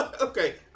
Okay